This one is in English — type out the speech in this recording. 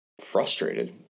frustrated